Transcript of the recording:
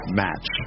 match